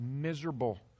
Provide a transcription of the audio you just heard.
miserable